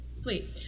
Sweet